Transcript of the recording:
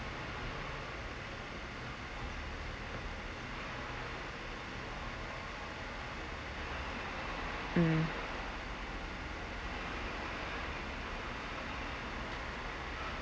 mm